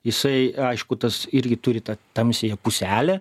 jisai aišku tas irgi turi tą tamsiąją puselę